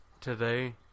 today